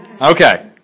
Okay